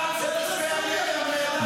הדם של תושבי הנגב על הידיים שלך,